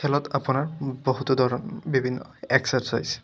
খেলত আপোনাৰ বহুতো ধৰণ বিভিন্ন এক্সাৰচাইজ